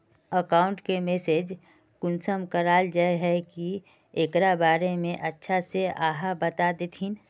Account के manage कुंसम कराल जाय है की एकरा बारे में अच्छा से आहाँ बता देतहिन?